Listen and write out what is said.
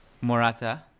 Morata